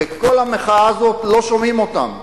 בכל המחאה הזאת לא שומעים אותם.